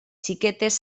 xiquetes